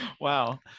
wow